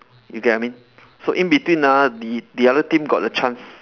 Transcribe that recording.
you get what I mean so in between ah the the other team got the chance